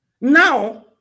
Now